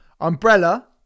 Umbrella